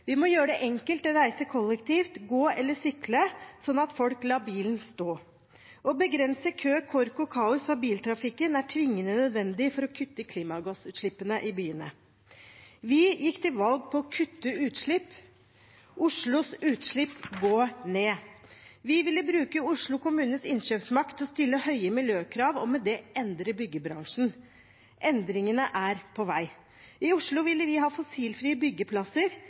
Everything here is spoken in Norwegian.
Vi må gjøre det enkelt å reise kollektivt, gå eller sykle, sånn at folk lar bilen stå. Å begrense kø, kork og kaos fra biltrafikken er tvingende nødvendig for å kutte klimagassutslippene i byene. Vi gikk til valg på å kutte utslipp. Oslos utslipp går ned. Vi ville bruke Oslo kommunes innkjøpsmakt til å stille høye miljøkrav og med det endre byggebransjen. Endringene er på vei. I Oslo vil vi ha fossilfrie byggeplasser.